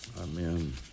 Amen